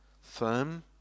firm